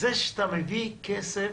זה שאתה מביא כסף,